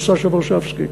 סשה ורשבסקי,